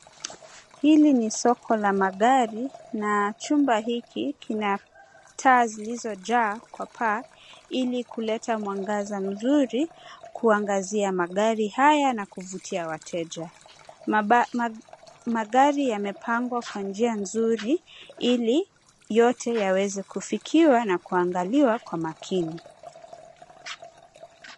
Hili ni soko la magari, na chumba hiki kina taa zilizojaa kwa paa, ili kuleta mwangaza mzuri kuangazia magari haya na kuvutia wateja. Magari yamepangwa kwa njia nzuri, ili yote yaweze kufikiwa na kuangaliwa kwa makini.